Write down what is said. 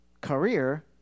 career